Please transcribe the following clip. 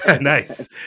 Nice